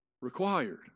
required